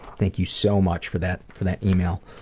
thank you so much for that for that email.